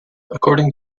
according